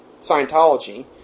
Scientology